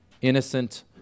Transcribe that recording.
innocent